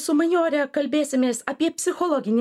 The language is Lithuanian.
su majore kalbėsimės apie psichologinį